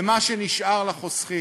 במה שנשאר לחוסכים,